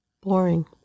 boring